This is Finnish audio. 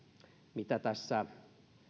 mitä tässä